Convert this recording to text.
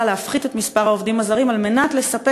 להפחית את מספר העובדים הזרים כדי לספק.